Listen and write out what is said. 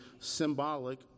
symbolic